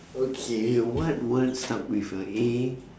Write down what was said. okay what word start with a A